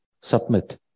submit